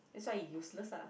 that's why he useless lah